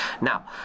Now